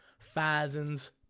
thousands